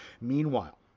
Meanwhile